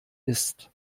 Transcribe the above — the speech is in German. ist